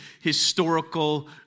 historical